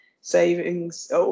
savings